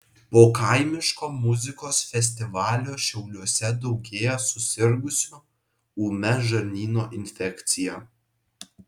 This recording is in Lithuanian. po kaimiško muzikos festivalio šiauliuose daugėja susirgusių ūmia žarnyno infekcija